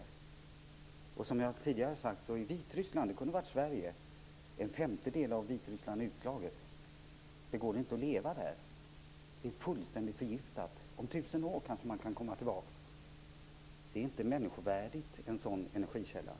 Som jag sade tidigare är en femtedel av Vitryssland utslaget. Det kunde ha varit Sverige. Det går inte att leva i det området. Det är fullständigt förgiftat. Om tusen år kanske man kan komma tillbaka. En sådan energikälla är inte människovärdig.